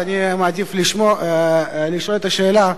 אז אני מעדיף לשאול את השאלה,